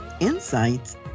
insights